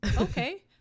okay